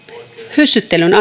hyssyttelyn